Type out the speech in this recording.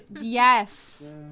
Yes